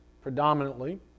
predominantly